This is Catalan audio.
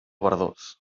verdós